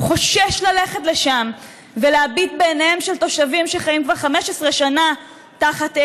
הוא חושש ללכת לשם ולהביט בעיניהם של תושבים שחיים כבר 15 שנה תחת אש,